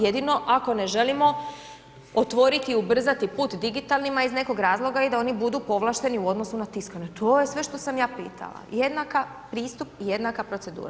Jedino ako ne želimo otvoriti, ubrzati put digitalnima iz nekog razloga i da oni budu povlašteni u odnosu na tiskane, to je sve što sam ja pitala, jednaka pristup i jednaka procedura.